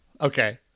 Okay